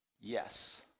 yes